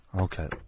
Okay